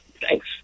thanks